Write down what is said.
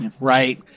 Right